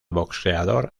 boxeador